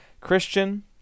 Christian